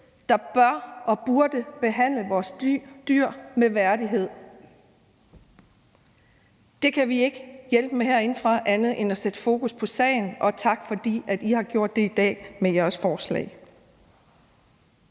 der bør og burde behandle dyr med værdighed. Det kan vi ikke hjælpe med herindefra andet end at sætte fokus på sagen, og tak, fordi I har gjort det i dag med jeres forslag.